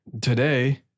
today